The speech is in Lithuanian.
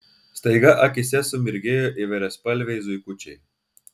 staiga akyse sumirgėjo įvairiaspalviai zuikučiai